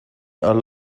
are